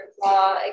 Law